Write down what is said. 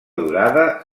durada